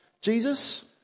Jesus